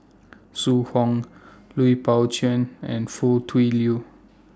Zhu Hong Lui Pao Chuen and Foo Tui Liew